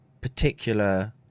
particular